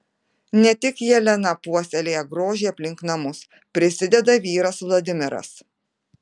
ne tik jelena puoselėja grožį aplink namus prisideda vyras vladimiras